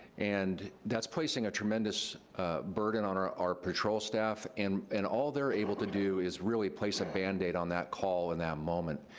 and that's placing a tremendous burden on our our patrol staff. and and all they're able to do is really place a bandaid on that call in that moment.